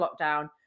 lockdown